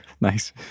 Nice